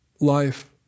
life